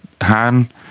Han